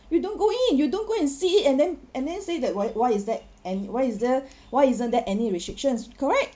you don't go in you don't go and see and then and then say that why why is that and why is there why isn't there any restrictions correct